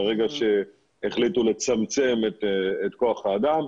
ברגע שהחליטו לצמצם את כוח האדם.